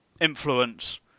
influence